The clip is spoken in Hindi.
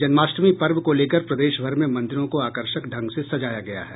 जन्माष्टमी पर्व को लेकर प्रदेश भर में मंदिरों को आकर्षक ढंग से सजाया गया है